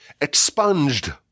expunged